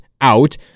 Out